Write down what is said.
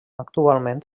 actualment